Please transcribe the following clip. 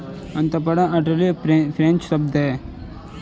अंतरपणन या आर्बिट्राज एक फ्रेंच शब्द है